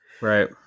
right